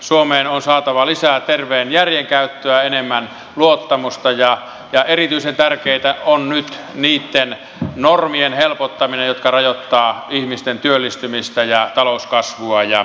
suomeen on saatava lisää terveen järjen käyttöä enemmän luottamusta ja erityisen tärkeätä on nyt niitten normien helpottaminen jotka rajoittavat ihmisten työllistymistä ja talouskasvua ja investointeja